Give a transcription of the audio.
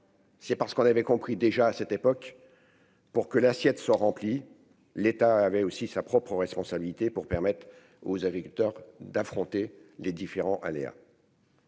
C'est parce qu'on avait compris, déjà à cette époque, pour que l'assiette sont remplies, l'État avait aussi sa propre responsabilité, pour permettre aux agriculteurs d'affronter les différents aléas.